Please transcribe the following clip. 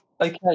okay